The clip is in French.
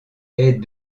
est